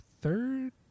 third